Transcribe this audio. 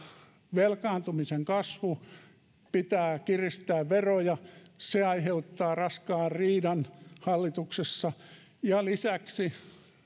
velkaantumisen kasvu ja pitää kiristää veroja se aiheuttaa raskaan riidan hallituksessa ja lisäksi